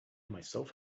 myself